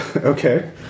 Okay